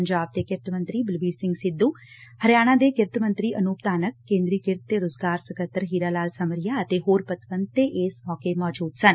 ਪੰਜਾਬ ਦੇ ਕਿਰਤ ਮੰਤਰੀ ਬਲਬੀਰ ਸਿੰਘ ਸਿੱਧੁ ਹਰਿਆਣਾ ਦੇ ਕਿਰਤ ਮੰਤਰੀ ਅਨੁਪ ਧਾਨਕ ਕੇਂਦਰੀ ਕਿਰਤ ਤੇ ਰੋਜ਼ਗਾਰ ਸਕੱਤਰ ਹੀਰਾ ਲਾਲ ਸਮਰੀਯਾ ਅਤੇ ਹੋਰ ਪਤਵੰਤੇ ਇਸ ਮੌਕੇ ਮੌਜੁਦ ਸਨ